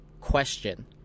question